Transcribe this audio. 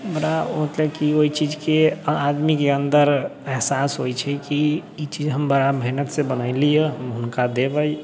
हमरा ओतऽ की ओहिचीजके आदमीके अन्दर एहसास होइ छै कि ई चीज हम बड़ा मेहनतिसँ बनेलिए हम हुनका देबै